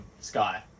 sky